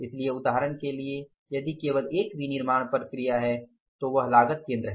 इसलिए उदाहरण के लिए यदि केवल एक विनिर्माण प्रक्रिया है तो वह लागत केंद्र है